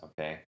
Okay